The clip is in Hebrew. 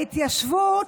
ההתיישבות,